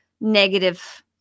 negative